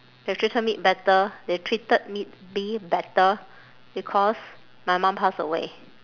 they treated me better they treated me me better because my mum pass away